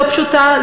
לא פשוטה,